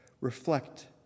reflect